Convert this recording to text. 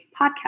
podcast